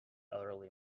elderly